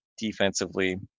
defensively